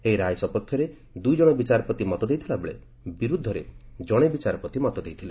ଏହି ରାୟ ସପକ୍ଷରେ ଦୁଇ ଜଣ ବିଚାରପତି ମତ ଦେଇଥିଲା ବେଳେ ବିରୁଦ୍ଧରେ ଜଣେ ବିଚାରପତି ମତ ଦେଇଥିଲେ